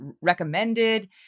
recommended